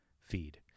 feed